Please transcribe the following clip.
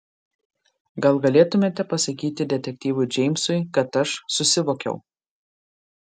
gal galėtumėte pasakyti detektyvui džeimsui kad aš susivokiau